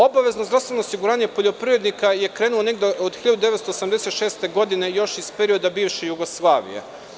Obavezno zdravstveno osiguranje poljoprivrednika je krenulo negde od 1986. godine, još iz perioda bivše Jugoslavije.